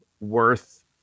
worth